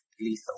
lethal